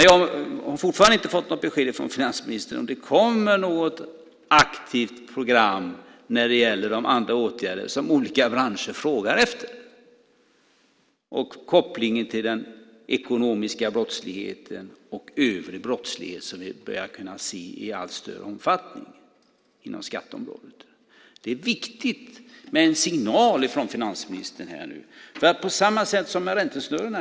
Jag har fortfarande inte fått något besked från finansministern om det kommer något aktivt program när det gäller de andra åtgärder som olika branscher frågar efter, med kopplingen till den ekonomiska brottslighet och övrig brottslighet som vi har börjat se i allt större omfattning inom skatteområdet. Det är viktigt med en signal från finansministern här, på samma sätt som när det gäller räntesnurrorna.